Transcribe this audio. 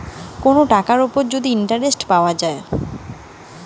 কোন টাকার উপর যদি ইন্টারেস্ট পাওয়া যায়